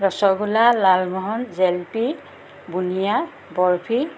rasgulla lalmohan jalebi bundiya barfi